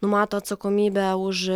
numato atsakomybę už